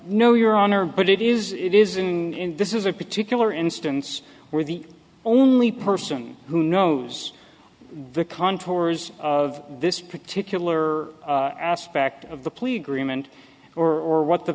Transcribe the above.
no your honor but it is it is in this is a particular instance where the only person who knows the contours of this particular aspect of the plea agreement or what the